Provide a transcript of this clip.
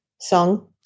song